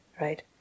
right